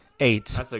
Eight